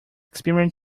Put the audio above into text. experiment